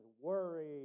worried